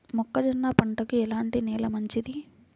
మొక్క జొన్న పంటకు ఎలాంటి నేల మంచిది?